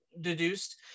deduced